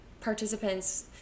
participants